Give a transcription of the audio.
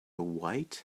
white